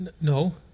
No